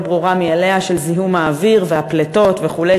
ברורה מאליה של זיהום האוויר והפליטות וכו',